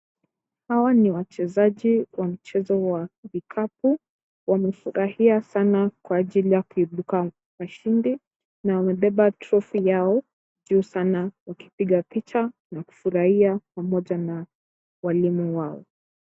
Hawa ni wachezaji wa mchezo wa kikapu. Wamefurahia sana kwa ajili ya kuibuka washindi na wamebeba trophy yao juu sana wakipiga picha na kufurahia pamoja na walimu wao .